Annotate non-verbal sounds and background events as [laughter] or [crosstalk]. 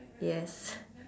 yes [noise]